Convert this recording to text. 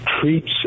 treats